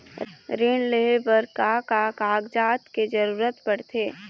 ऋण ले बर का का कागजात के जरूरत पड़थे?